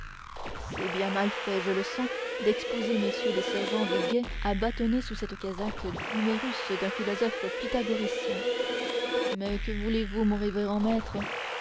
c'est bien mal fait je le sens d'exposer messieurs les sergents du guet à bâtonner sous cette casaque l'humérus d'un philosophe pythagoricien mais que voulez-vous mon révérend maître